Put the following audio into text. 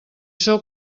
sou